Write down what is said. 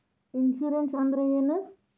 Insurance ಅಂದ್ರ ಏನು?